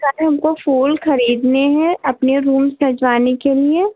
sir हमको फूल ख़रीदने हैं अपने रूम सजवाने के लिए